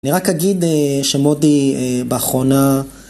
אני רק אגיד שמודי באחרונה...